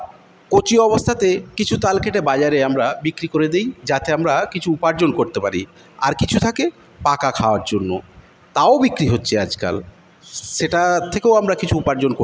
কচি অবস্থাতে কিছু তাল কেটে বাজারে আমরা বিক্রি করে দেই যাতে আমরা কিছু উপার্জন করতে পারি আর কিছু থাকে পাকা খাওয়ার জন্য তাও বিক্রি হচ্ছে আজকাল সেটা থেকেও আমরা কিছু উপার্জন করতে পারি